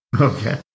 Okay